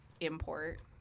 import